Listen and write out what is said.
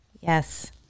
Yes